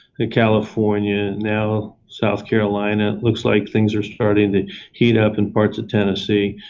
and california, now south carolina, looks like things are starting to heat up in parts of tennessee.